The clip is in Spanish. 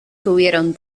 tuvieron